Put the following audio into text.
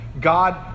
God